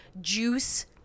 juice